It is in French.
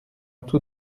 tout